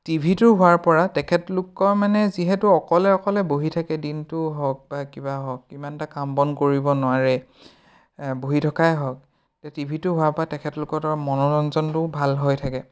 টিভিটো হোৱাৰ পৰা তেখেতলোকৰ মানে যিহেতু অকলে অকলে বহি থাকে দিনটো হওক বা কিবা হওক ইমানটা কাম বন কৰিব নোৱাৰে বহি থকাই হওক এতিয়া টিভিটো হোৱাৰ পৰা তেখেতলোকৰ এটা মনোৰঞ্জনটোও ভাল হৈ থাকে